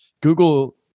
Google